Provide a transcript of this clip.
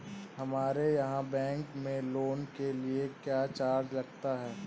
हमारे यहाँ बैंकों में लोन के लिए क्या चार्ज लगता है?